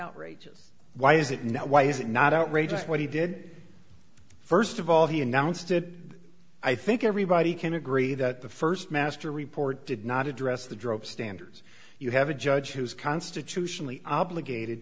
outrageous why is it now why is it not outrageous what he did first of all he announced it i think everybody can agree that the first master report did not address the drop standards you have a judge who is constitutionally obligated